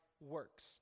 works